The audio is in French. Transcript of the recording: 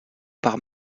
par